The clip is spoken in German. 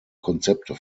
konzepte